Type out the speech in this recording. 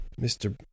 Mr